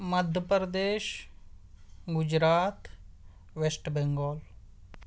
Madhya Pradesh Gujarat West Bengal